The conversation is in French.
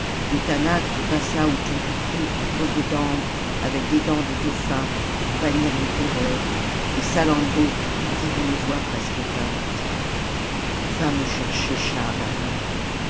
lui passa autour du cou un collier d'ambre avec des dents salammbo de dauphin pour bannir les terreurs et salammbô dit d'une voix presque éteinte va me chercher